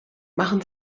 machen